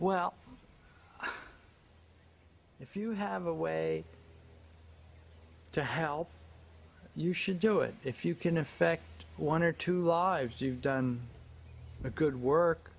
well if you have a way to help you should do it if you can affect one or two lives you've done a good work